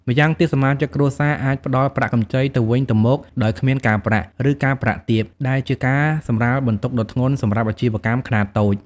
ម្យ៉ាងទៀត សមាជិកគ្រួសារអាចផ្តល់ប្រាក់កម្ចីទៅវិញទៅមកដោយគ្មានការប្រាក់ ឬការប្រាក់ទាប ដែលជាការសម្រាលបន្ទុកដ៏ធ្ងន់សម្រាប់អាជីវកម្មខ្នាតតូច។